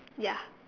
ya